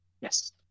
Yes